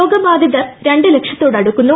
രോഗബാധിതർ രണ്ട് ലക്ഷത്തോടടുക്കുന്നു